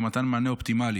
למתן מענה אופטימלי